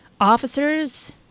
Officers